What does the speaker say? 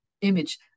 image